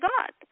God